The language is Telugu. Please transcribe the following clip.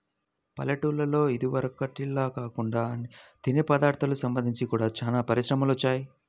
పల్లెటూల్లలో ఇదివరకటిల్లా కాకుండా తినే పదార్ధాలకు సంబంధించి గూడా చానా పరిశ్రమలు వచ్చాయ్